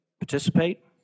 participate